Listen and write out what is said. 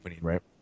right